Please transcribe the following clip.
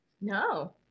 no